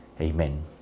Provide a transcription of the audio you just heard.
Amen